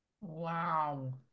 Wow